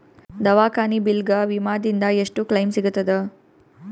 ದವಾಖಾನಿ ಬಿಲ್ ಗ ವಿಮಾ ದಿಂದ ಎಷ್ಟು ಕ್ಲೈಮ್ ಸಿಗತದ?